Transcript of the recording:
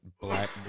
black